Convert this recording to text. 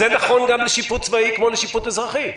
זה נכון גם לשיפוט צבאי כמו לשיפוט אזרחי.